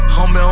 Homie